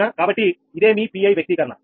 కాబట్టి ఇదేమీ 𝑃i వ్యక్తీకరణ అవునా